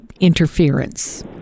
interference